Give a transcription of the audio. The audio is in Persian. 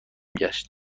گشت